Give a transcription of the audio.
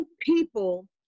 people